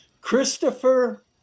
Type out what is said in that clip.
Christopher